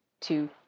two